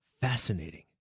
Fascinating